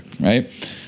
right